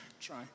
try